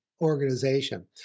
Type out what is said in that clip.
organization